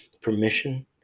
permission